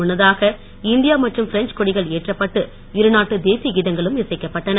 முன்னதாக இந்தியா மற்றும் பிரெஞ்ச் கொடிகள் ஏற்றப்பட்டு இரு நாட்டு தேசிய கீதங்களும் இசைக்கப்பட்டன